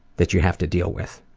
that you have to deal with